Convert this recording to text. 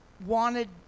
wanted